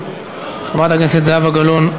אז חברת הכנסת זהבה גלאון,